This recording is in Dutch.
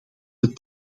het